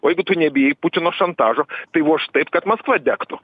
o jeigu tu nebijai putino šantažo tai vožk taip kad maskva degtų